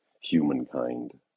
humankind